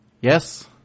Yes